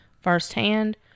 firsthand